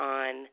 on